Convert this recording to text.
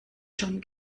schon